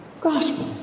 gospel